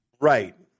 Right